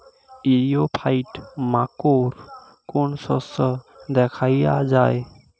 ইরিও ফাইট মাকোর কোন শস্য দেখাইয়া যায়?